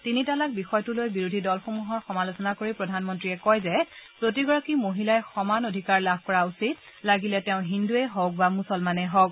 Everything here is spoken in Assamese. তিনি তালাক বিষয়টো লৈ বিৰোধী দলসমূহৰ সমালোচনা কৰি প্ৰধানমন্ত্ৰীয়ে কয় যে প্ৰতিগৰাকী মহিলাই সমান অধিকাৰ লাভ কৰা উচিত লাগিলে তেওঁ হিন্দুৱেই হওক বা মুছলমানেই হওক